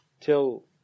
till